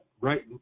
right